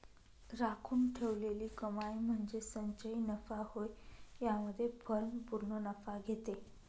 राखून ठेवलेली कमाई म्हणजे संचयी नफा होय यामध्ये फर्म पूर्ण नफा घेते